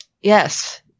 Yes